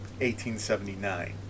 1879